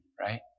Right